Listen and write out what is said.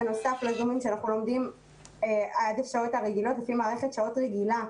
שמתווסף לזומים שאנחנו לומדים לפי מערכת השעות הרגילה.